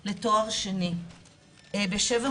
ושוב,